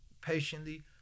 patiently